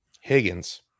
Higgins